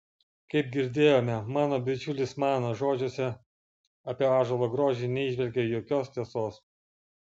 kaip girdėjome mano bičiulis mano žodžiuose apie ąžuolo grožį neįžvelgė jokios tiesos